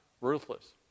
ruthless